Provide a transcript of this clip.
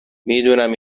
میدونم